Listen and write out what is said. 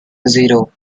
zero